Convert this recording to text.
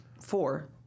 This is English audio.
Four